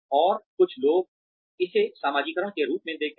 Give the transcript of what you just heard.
और कुछ लोग इसे समाजीकरण के रूप में देखते हैं